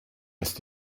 ist